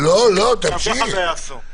גם ככה הם לא יעשו.